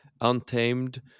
Untamed